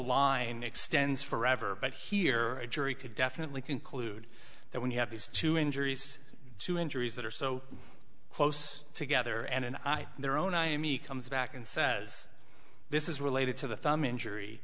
line extends forever but here a jury could definitely conclude that when you have these two injuries two injuries that are so close together and their own i mean comes back and says this is related to the thumb injury